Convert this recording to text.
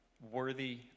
worthy